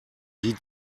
die